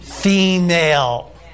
Female